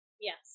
Yes